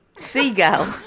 Seagull